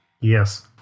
Yes